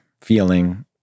feeling